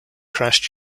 crashed